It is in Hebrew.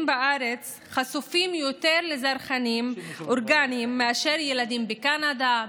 בארץ חשופים יותר לזרחנים אורגניים מאשר ילדים בקנדה,